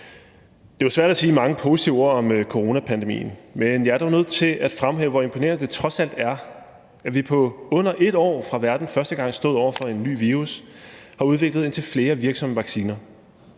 Det er jo svært at sige mange positive ord om coronapandemien, men jeg er dog nødt til at fremhæve, hvor imponerende det trods alt er, at vi på under et år, fra verden første gang stod over for en ny virus, har udviklet indtil flere virksomme vacciner.